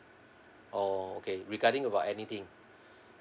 oh okay regarding about anything